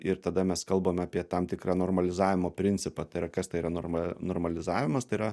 ir tada mes kalbame apie tam tikrą normalizavimo principą tai yra kas tai yra norma normalizavimas tai yra